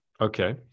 Okay